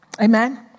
Amen